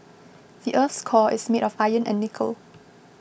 the earth's core is made of iron and nickel